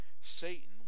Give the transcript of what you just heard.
Satan